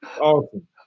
awesome